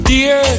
Dear